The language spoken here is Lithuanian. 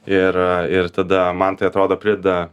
ir ir tada man tai atrodo prideda